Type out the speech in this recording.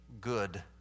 good